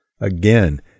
Again